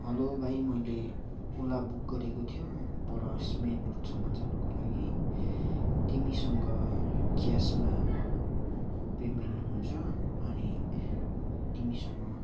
hello भाइ मैले Ola book गरेको थियो पर इस्ट मेन रोडसम्म जानुको लागि तिमीसँग क्यासमा पेमेन्ट हुन्छ अनि तिमीसँग